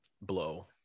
blow